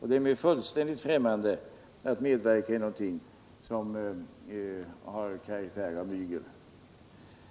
Det är mig fullständigt främmande att medverka i någonting som har karaktär av mygel.